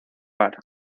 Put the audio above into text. bar